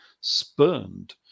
spurned